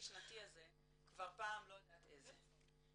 שנתי הזה כבר פעם אני לא יודעת איזה.